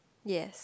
yes